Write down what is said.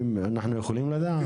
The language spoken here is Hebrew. אנחנו יכולים לדעת?